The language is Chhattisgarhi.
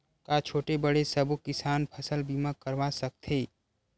का छोटे बड़े सबो किसान फसल बीमा करवा सकथे?